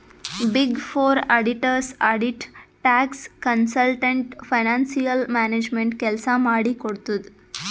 big four auditors audit, tax, consultant, financial management ಕೆಲ್ಸ ಮಾಡಿ ಕೊಡ್ತುದ್